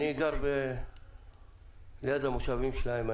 אני גר ליד המושבים שלהם.